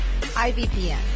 iVPN